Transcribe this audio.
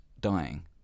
dying